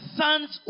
sons